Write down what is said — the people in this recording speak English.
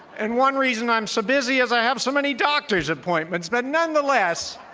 and one reason i'm so busy is i have so many doctors appointments. but nonetheless,